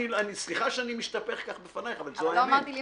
סליחה שאני משתפך בפנייך, אבל זו האמת.